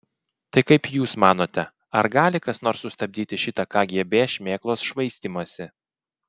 tai kaip jūs manote ar gali kas nors sustabdyti šitą kgb šmėklos švaistymąsi